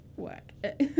work